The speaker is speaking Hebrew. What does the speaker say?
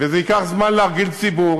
וזה ייקח זמן להרגיל את הציבור,